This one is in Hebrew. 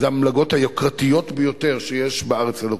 אלה המלגות היוקרתיות ביותר שיש בארץ לדוקטורט.